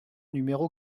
numéro